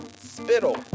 spittle